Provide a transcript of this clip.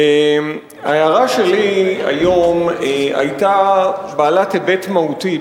ההערה שלי היום היתה בעלת היבט מהותי,